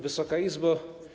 Wysoka Izbo!